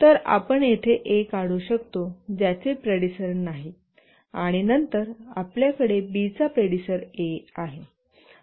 तर आपण येथे A काढू शकतो ज्याचे प्रेडिसर नाही आणि नंतर आपल्याकडे B चा प्रेडिसर A आहे